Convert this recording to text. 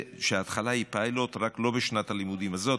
שההתחלה היא פיילוט רק לא בשנת הלימודים הזאת,